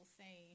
say